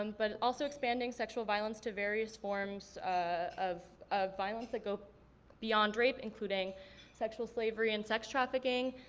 um but also expanding sexual violence to various forms of ah violence that go beyond rape, including sexual slavery and sex trafficking,